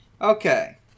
Okay